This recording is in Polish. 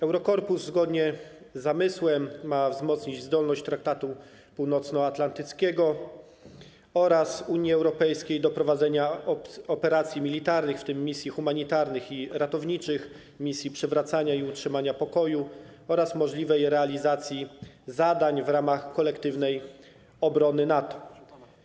Eurokorpus zgodnie z zamysłem ma wzmocnić zdolność Traktatu Północnoatlantyckiego oraz Unii Europejskiej do prowadzenia operacji militarnych, w tym misji humanitarnych i ratowniczych, misji przywracania i utrzymania pokoju oraz możliwej realizacji zadań w ramach kolektywnej obrony NATO.